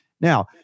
Now